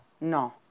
No